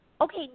Okay